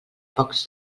pocs